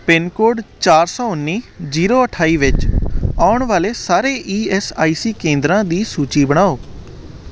pin code ਚਾਰ ਸੌ ਉੱਨੀ ਜੀਰੋ ਅਠਾਈ ਵਿੱਚ ਆਉਣ ਵਾਲੇ ਸਾਰੇ ਈ ਐੱਸ ਆਈ ਸੀ ਕੇਂਦਰਾਂ ਦੀ ਸੂਚੀ ਬਣਾਓ